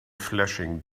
flashing